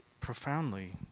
profoundly